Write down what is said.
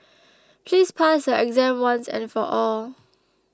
please pass your exam once and for all